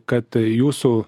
kad jūsų